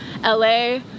LA